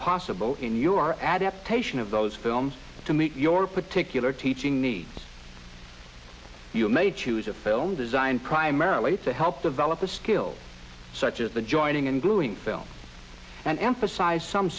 possible in your adaptation of those films to meet your particular teaching needs you may choose a film designed primarily to help develop the skills such as the joining and gluing film and emphasize some